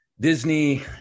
Disney